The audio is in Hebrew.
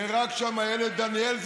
נהרג שם הילד דניאל,